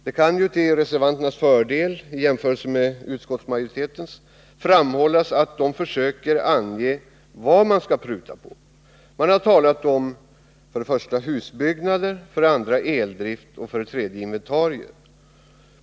Det kan till reservanternas fördel framhållas att de försöker ange vad man skall pruta på. Man har talat om husbyggnader, eldrift och inventarier.